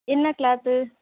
என்ன கிளாத்து